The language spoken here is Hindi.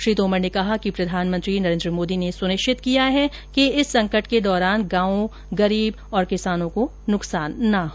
श्री तोमर ने कहा कि प्रधानमंत्री नरेन्द्र मोदी ने सुनिश्चित किया है कि इस संकट के दौरान गांवों गरीब और किसानों को नुकसान न हो